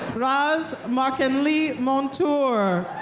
roz marckenly montour.